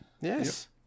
Yes